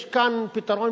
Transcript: יש כאן פתרון